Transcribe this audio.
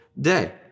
day